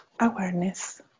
awareness